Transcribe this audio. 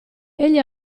egli